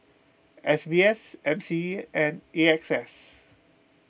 S B S M C E and A X S